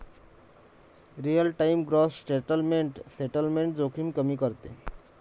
real time gross settlement settlement जोखीम कमी करते